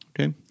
Okay